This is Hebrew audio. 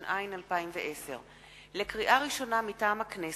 התש"ע 2010. לקריאה ראשונה, מטעם הכנסת: